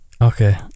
Okay